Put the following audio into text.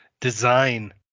design